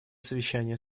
совещания